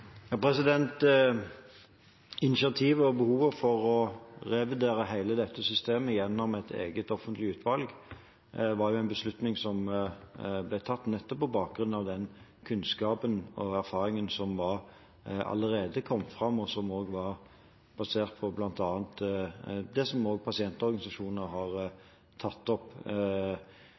Initiativet til og behovet for å revurdere hele dette systemet gjennom et eget offentlig utvalg var en beslutning som ble tatt på bakgrunn av den kunnskapen og erfaringen som allerede var kommet fram, og som bl.a. var basert på det som pasientorganisasjoner har tatt opp.